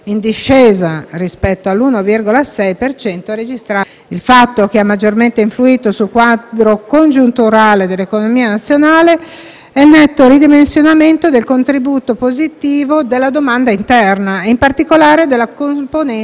in discesa rispetto all'1,6 per cento registrato nel 2017. Il fatto che ha maggiormente influito sul quadro congiunturale dell'economia nazionale è il netto ridimensionamento del contributo positivo della domanda interna e, in particolare, della componente dei consumi privati.